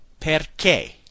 Perché